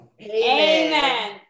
Amen